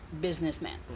businessman